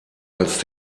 als